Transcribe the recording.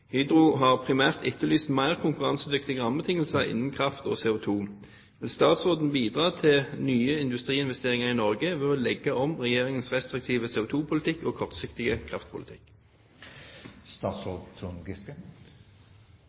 Hydro har primært etterlyst mer konkurransedyktige rammebetingelser innen kraft og CO2. Vil statsråden bidra til nye industriinvesteringer i Norge ved å legge om regjeringens restriktive CO2-politikk og kortsiktige